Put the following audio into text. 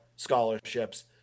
Scholarships